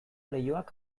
leihoak